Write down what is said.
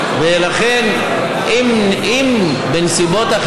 אתה יכול לשאול אותו אם הוא אזרח ישראלי או ירדני?